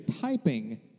typing